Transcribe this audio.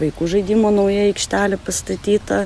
vaikų žaidimo nauja aikštelė pastatyta